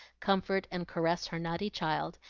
comfort, and caress her naughty child,